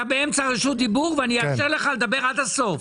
אתה באמצע רשות דיבור ואני אאפשר לך לדבר עד הסוף.